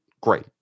great